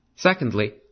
Secondly